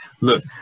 look